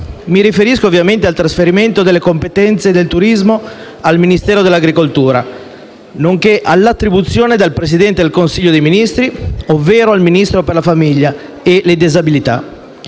Mi riferisco ovviamente al trasferimento delle competenze sul turismo al Ministero delle politiche agricole, nonché all'attribuzione al Presidente del Consiglio dei ministri, ovvero al Ministro delegato per la famiglia e le disabilità,